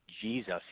Jesus